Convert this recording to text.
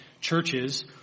churches